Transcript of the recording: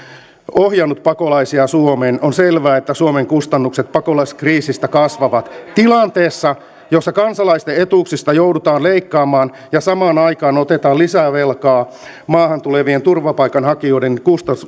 ohjannut pakolaisia suomeen on selvää että suomen kustannukset pakolaiskriisistä kasvavat tilanteessa jossa kansalaisten etuuksista joudutaan leikkaamaan ja samaan aikaan otetaan lisää velkaa maahan tulevien turvapaikanhakijoiden